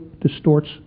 distorts